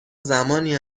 زمانی